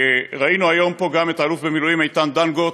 ראינו פה היום גם את האלוף במילואים איתן דנגוט.